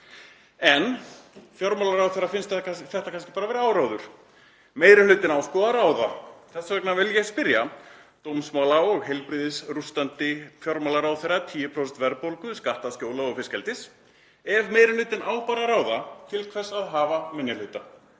En fjármálaráðherra finnst þetta kannski bara vera áróður. Meiri hlutinn á sko að ráða. Þess vegna vil ég spyrja dómsmála- og heilbrigðisrústandi fjármálaráðherra 10% verðbólgu, skattaskjóla og fiskeldis: Ef meiri hlutinn ákveður að ráða, til hvers að hafa minni hluta?